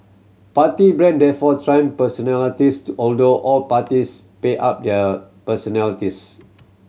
party brand therefore trump personalities to although all parties pay up their personalities